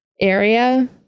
area